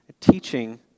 teaching